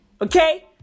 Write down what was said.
Okay